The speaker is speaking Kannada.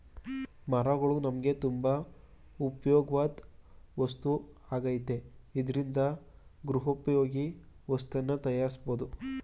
ಮರಗಳು ನಮ್ಗೆ ತುಂಬಾ ಉಪ್ಯೋಗವಾಧ್ ವಸ್ತು ಆಗೈತೆ ಇದ್ರಿಂದ ಗೃಹೋಪಯೋಗಿ ವಸ್ತುನ ತಯಾರ್ಸ್ಬೋದು